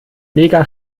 mega